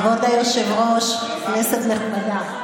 כבוד היושב-ראש, כנסת נכבדה,